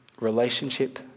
relationship